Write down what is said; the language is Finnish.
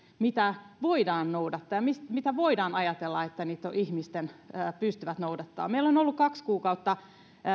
mitä voidaan noudattaa ja mistä voidaan ajatella että ihmiset pystyvät niitä noudattamaan meillä on ollut kaksi kuukautta